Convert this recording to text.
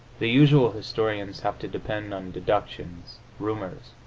the usual historians have to depend on deductions, rumors,